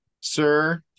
Sir